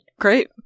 Great